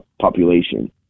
population